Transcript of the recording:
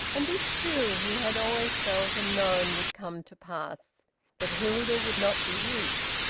and this, too, he had always felt and known would come to pass that hilda would not be his.